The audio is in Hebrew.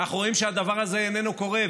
אנחנו רואים שהדבר הזה איננו קורה.